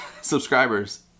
subscribers